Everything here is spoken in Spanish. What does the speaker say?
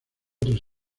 tres